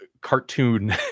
Cartoon